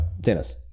Dennis